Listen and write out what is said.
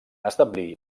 establir